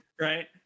right